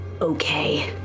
okay